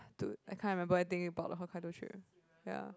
to I can't remember anything about the Hokkaido trip ya